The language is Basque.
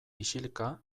isilka